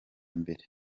mbere